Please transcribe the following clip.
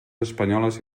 espanyoles